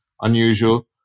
unusual